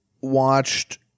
watched